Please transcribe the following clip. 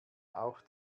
auch